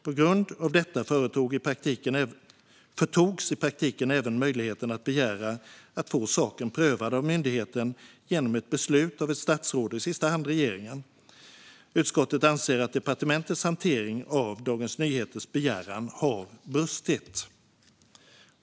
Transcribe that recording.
På grund av detta förtogs i praktiken även möjligheten att begära att få saken prövad av myndigheten genom ett beslut av ett statsråd och i sista hand av regeringen. Utskottet anser att departementets hantering av Dagens Nyheters begäran har brustit.